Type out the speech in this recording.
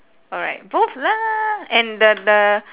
alright both lah and the the